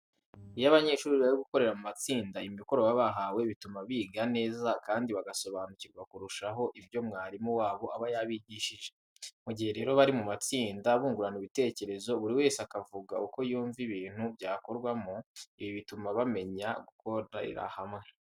Iyo abanyeshuri bari gukorera mu matsinda imikoro baba bahawe bituma biga neza kandi bagasobanukirwa kurushaho ibyo umwarimu wabo aba yabigishije. Mu gihe rero bari mu matsinda, bungurana ibitekerezo buri wese akavuga uko yumva ibintu byakorwamo, ibi bituma bamenya gukorera hamwe.